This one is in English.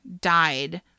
died